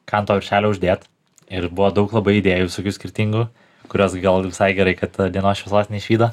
ką ant to viršelio uždėt ir buvo daug labai idėjų visokių skirtingų kurios gal visai gerai kad dienos šviesos neišvydo